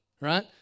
Right